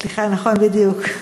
סליחה, נכון, בדיוק.